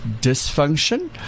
dysfunction